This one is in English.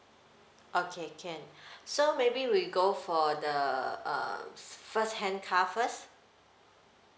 okay can so maybe we go for the uh first hand car first